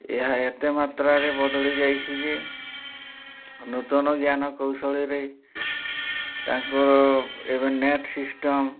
ଏହା ଏତେ ମାତ୍ରାରେ ବଦଳି ଯାଇଛି ଯେ ନୂତନ ଜ୍ଞାନ କୌଶଳରେ ତାଙ୍କର ଏବେ ନେଟ୍ ସିଷ୍ଟମ୍